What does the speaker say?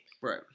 Right